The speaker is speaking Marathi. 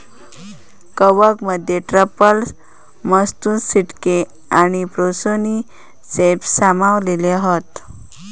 कवकमध्ये ट्रफल्स, मत्सुटेक आणि पोर्सिनी सेप्स सामावले हत